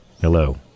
Hello